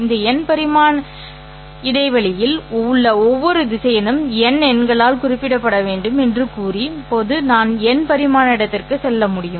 இந்த n பரிமாண இடைவெளியில் உள்ள ஒவ்வொரு திசையனும் n எண்களால் குறிப்பிடப்பட வேண்டும் என்று கூறி இப்போது நான் n பரிமாண இடத்திற்கு செல்ல முடியும்